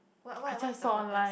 what what what is the purpose